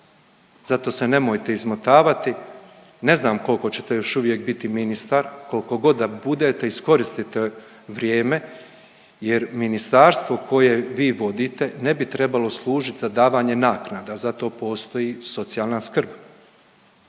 zato se nemojte izmotavati, ne znam koliko ćete još uvijek biti ministar, koliko god da budete, iskoristite vrijeme jer ministarstvo koje vi vodite ne bi trebalo služiti za davanje naknada. Za to postoji socijalna skrb.